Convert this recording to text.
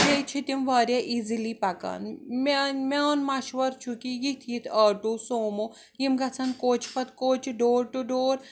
بیٚیہِ چھِِ تِم واریاہ ایٖزیٖلی پکان میٛان میٛون مَشورٕ چھُ کہِ یِتھۍ یِتھۍ آٹوٗ سوموٗ یِم گَژھن کوچہِ پَتہٕ کوچہِ ڈور ٹُو ڈور